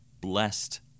blessed